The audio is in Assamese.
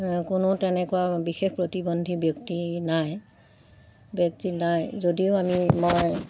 কোনো তেনেকুৱা বিশেষ প্ৰতিবন্ধী ব্যক্তি নাই ব্যক্তি নাই যদিও আমি মই